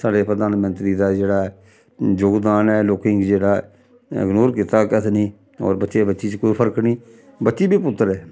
साढ़े प्रधानमंत्री दा जेह्ड़ा एह् योगदान ऐ लोकें गी जेह्ड़ा ऐ इग्नोर कीता केह् आखदे नि होर बच्चे बच्ची च कोई फर्क निं बच्ची बी पुत्तर ऐ